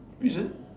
is it